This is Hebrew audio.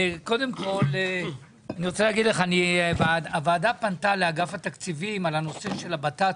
אני רוצה להגיד לך שהוועדה פנתה לאגף התקציבים לגבי הנושא של הבטטות.